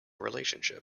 relationship